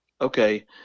okay